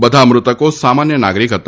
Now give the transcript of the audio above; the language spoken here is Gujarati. બધા મૃતકો સામાન્ય નાગરિક હતા